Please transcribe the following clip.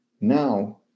now